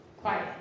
Quiet